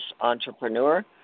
entrepreneur